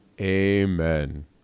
Amen